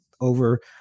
over